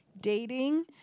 dating